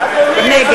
נגד